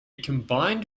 combined